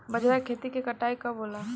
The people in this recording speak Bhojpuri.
बजरा के खेती के कटाई कब होला?